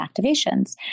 activations